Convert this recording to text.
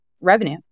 revenue